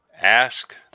Ask